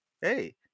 hey